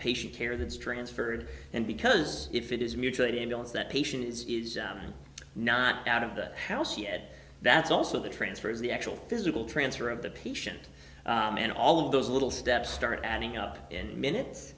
patient care that is transferred and because if it is mutually ambulance that patient is not out of the house yet that's also the transfer is the actual physical transfer of the patient and all of those little steps start adding up in minutes